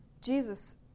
Jesus